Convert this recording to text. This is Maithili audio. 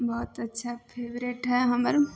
बहुत अच्छा फेवरेट हइ हमर